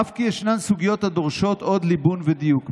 אף כי ישנן סוגיות הדורשות עוד ליבון ודיוק.